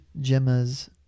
Gemma's